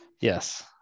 Yes